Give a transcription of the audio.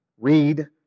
Read